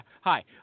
Hi